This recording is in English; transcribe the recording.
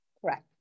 Correct